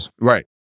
Right